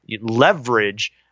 leverage